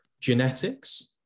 Genetics